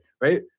right